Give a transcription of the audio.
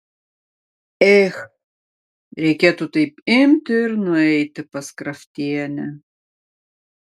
ech reikėtų taip imti ir nueiti pas kraftienę